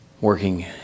working